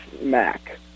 Mac